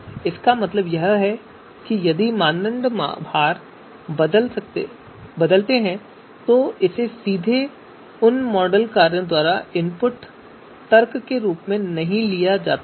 इसका मतलब यह है कि यदि हम मानदंड वजन बदलते हैं तो इसे सीधे उन मॉडल कार्यों द्वारा इनपुट तर्क के रूप में नहीं लिया जाता है